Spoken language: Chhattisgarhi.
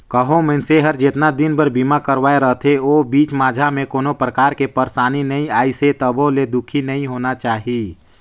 कहो मइनसे हर जेतना दिन बर बीमा करवाये रथे ओ बीच माझा मे कोनो परकार के परसानी नइ आइसे तभो ले दुखी नइ होना चाही